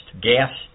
gas